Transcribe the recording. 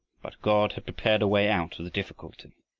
but god had prepared a way out of the difficulty.